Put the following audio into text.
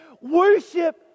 Worship